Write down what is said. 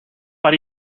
but